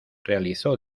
realizó